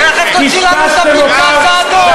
תכף תוציא לנו את הפנקס האדום.